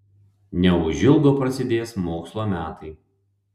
neužilgo prasidės mokslo metai